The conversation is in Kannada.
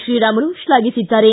ಶೀರಾಮುಲು ಶ್ಲಾಘಿಸಿದ್ದಾರೆ